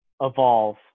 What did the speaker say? evolve